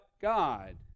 God